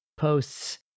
posts